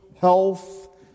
health